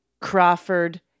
Crawford